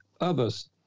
others